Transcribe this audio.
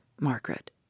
Margaret